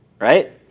right